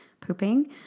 pooping